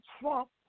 Trump